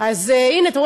אז תתפטר.